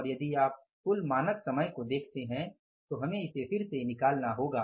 और यदि आप कुल मानक समय को देखते हैं तो हमें इसे फिर से निकालना होगा